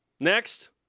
Next